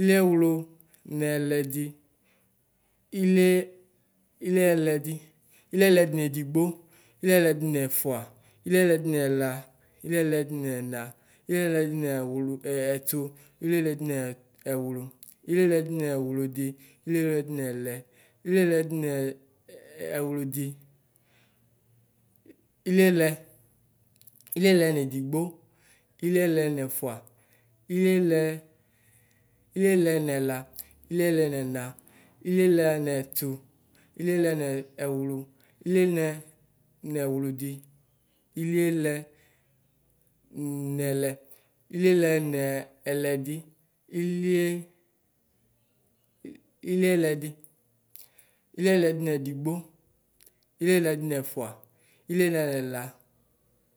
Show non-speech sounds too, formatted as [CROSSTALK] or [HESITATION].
ilɩɛwlʋ nɛlɛdi, iliɛiliɛlɛdi, iliɛlɛdi nedigbo, iliɛlɛdi nɛfua, iliɛlɛdi nɛla, iliɛlɛdi nɛna, iliɛlɛdi nɛwlu, [HESITATION] ɛtu, iliɛlɛdi nɛtu, iliɛlɛdi nɛwlu, iliɛlɛdi nɛwludi, iliɛlɛdi nɛlɛ, iliɛlɛdi nɛ ɛwlʋdi, iliɛlɛ, iliɛlɛ nedigbo, iliɛlɛ nɛfua, iliɛlɛ nɛla, iliɛlɛ nɛna, iliɛwla nɛtu, iliɛlɛ nɛwlu, iliɛnɛ nɛwludi, iliɛlɛ nɛlɛ, iliɛlɛ nɛlɛdi, ilie iliɛlɛdi, iliɛlɛdi nedigbo, iliɛlɛdi nɛfua, iliɛlɛ nɛla.